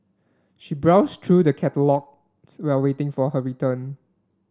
she browsed through the catalogues while waiting for her return